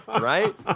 Right